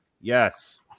Yes